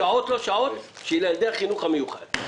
שעות/לא שעות של ילדי החינוך המיוחד,